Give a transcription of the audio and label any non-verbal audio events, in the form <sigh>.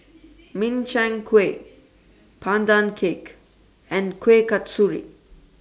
<noise> Min Chiang Kueh Pandan Cake and Kueh Kasturi